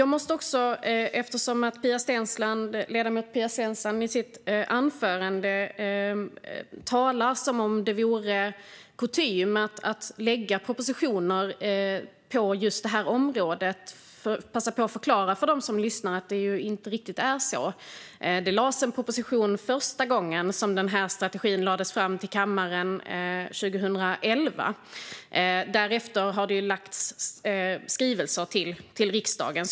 Eftersom ledamoten Pia Steensland i sitt anförande talade som om det vore kutym att lägga fram propositioner på just det här området vill jag passa på att förklara för dem som lyssnar att det inte är riktigt så. Det lades fram en proposition första gången den här strategin lades fram för riksdagen 2011. Därefter har det lagts fram skrivelser till riksdagen.